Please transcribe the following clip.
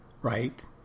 right